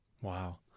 wow